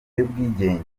y’ubwigenge